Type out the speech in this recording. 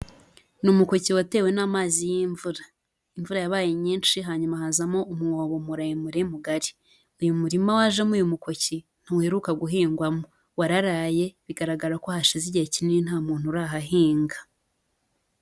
Ni umukoke, watewe n'amazi y'imvura. Imvura yabaye nyinshi, hanyuma hazamo umwobo muremure, mugari. Uyu murima wajemo uyu mukoki ntuheruka guhingwamo, wararaye bigaragara ko hashize igihe kinini nta muntu urahahinga.